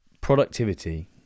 Productivity